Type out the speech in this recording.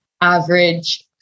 average